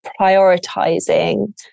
prioritizing